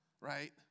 right